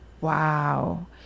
Wow